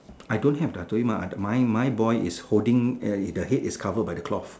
I don't have I told you my mah my my boy is holding a the head is covered by the cloth